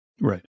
Right